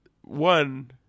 one